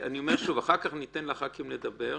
אחר כך ניתן לחברי הכנסת לדבר.